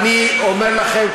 אני אומר לכם,